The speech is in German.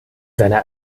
seiner